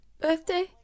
birthday